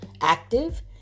active